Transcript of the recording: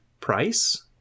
price